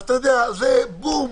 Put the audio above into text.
זה בום.